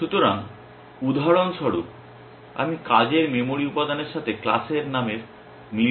সুতরাং উদাহরণস্বরূপ আমি কাজের মেমরি উপাদানের সাথে ক্লাসের নামের মিল করব যা একটি পরীক্ষা